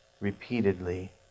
repeatedly